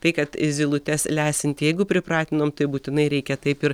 tai kad zylutes lesinti jeigu pripratinom tai būtinai reikia taip ir